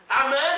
Amen